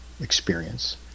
experience